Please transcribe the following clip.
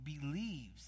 believes